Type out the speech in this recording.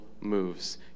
moves